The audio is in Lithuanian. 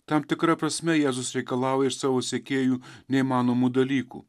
tam tikra prasme jėzus reikalauja iš savo sekėjų neįmanomų dalykų